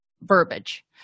verbiage